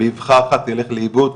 באבכה אחת ילך לאיבוד,